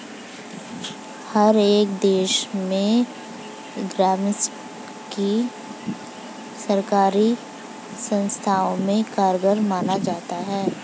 हर एक दशा में ग्रास्मेंट को सर्वकारी संस्थाओं में कारगर माना जाता है